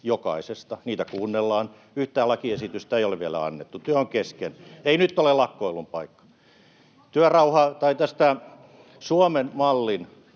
jokaisesta. Niitä kuunnellaan. Yhtään lakiesitystä ei ole vielä annettu, työ on kesken. Ei nyt ole lakkoilun paikka. Suomen-mallin